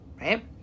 right